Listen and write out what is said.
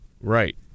Right